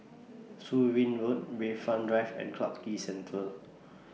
Surin Road Bayfront Drive and Clarke Quay Central